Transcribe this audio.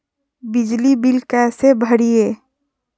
बिजली बिल कैसे भरिए?